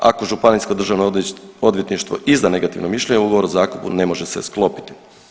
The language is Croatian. Ako Županijsko Državno odvjetništvo izda negativno mišljenje, ugovor o zakupu ne može se sklopiti.